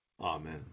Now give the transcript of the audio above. Amen